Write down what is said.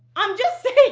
i'm just saying.